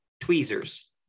Tweezers